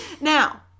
Now